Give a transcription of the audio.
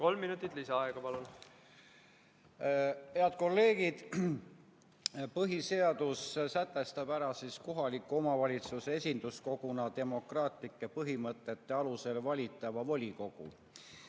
Kolm minutit lisaaega, palun! Head kolleegid! Põhiseadus sätestab ära kohaliku omavalitsuse esinduskoguna demokraatlike põhimõtete alusel valitava volikogu.